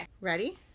Ready